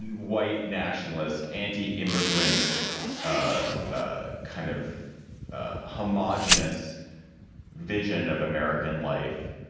and white, nationalist, anti-immigrant, ah ah kind of homogenous vision of american life.